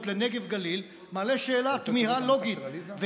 לנגב והגליל מעלה שאלת תמיהה לוגית,